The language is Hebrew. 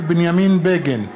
בגין,